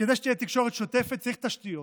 כדי שתהיה תקשורת שוטפת, צריך תשתיות,